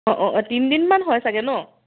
অঁ অঁ অঁ তিনি দিনমান হয় চাগে ন